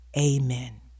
amen